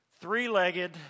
Three-legged